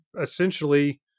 essentially